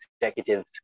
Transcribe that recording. executives